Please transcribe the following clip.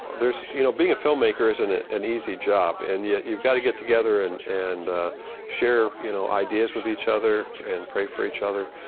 you know being a filmmaker isn't an easy job and yet you've gotta get together and and share you know ideas with each other and pray for each other.